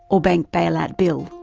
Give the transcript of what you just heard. or bank bailout bill,